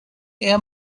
air